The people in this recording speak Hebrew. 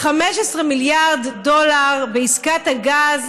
15 מיליארד דולר בעסקת הגז